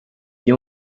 iyo